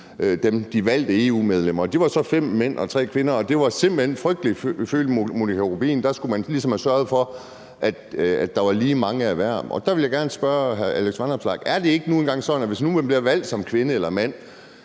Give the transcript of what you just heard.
af de valgte EU-medlemmer, og der var så fem mænd og tre kvinder, og det var simpelt hen frygteligt, følte fru Monika Rubin. Der skulle man ligesom have sørget for, at der var lige mange af hver. Og der vil jeg gerne spørge hr. Alex Vanopslagh: Er det ikke nu engang sådan, at hvis man fra Politikens side vælger at